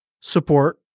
support